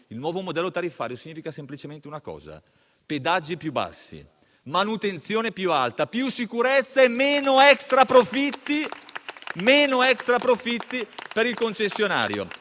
Il nuovo modello tariffario significa semplicemente una cosa: pedaggi più bassi, manutenzione più alta, più sicurezza e meno extraprofitti per il concessionario.